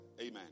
amen